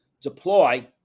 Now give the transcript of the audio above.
Deploy